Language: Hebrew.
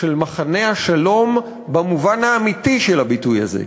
של מחנה השלום במובן האמיתי של הביטוי הזה.